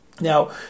Now